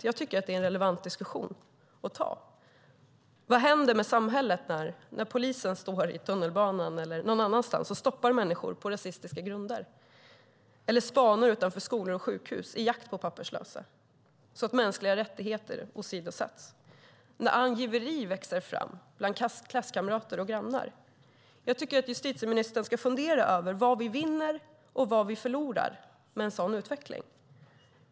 Jag tycker att det är en relevant diskussion att ta. Vad händer med samhället när polisen står i tunnelbanan eller någon annanstans och stoppar människor på rasistiska grunder? Vad händer när polisen spanar utanför skolor och sjukhus i jakt på papperslösa så att mänskliga rättigheter åsidosätts? Vad händer när angiveri växer fram bland klasskamrater och grannar? Jag tycker att justitieministern ska fundera över vad vi vinner och vad vi förlorar med en sådan utveckling.